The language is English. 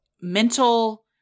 mental